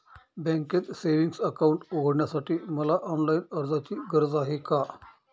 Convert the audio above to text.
बँकेत savings account उघडण्यासाठी मला ऑनलाईन अर्जाची गरज आहे का?